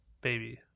baby